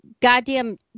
Goddamn